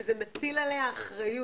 וזה מטיל עליה אחריות,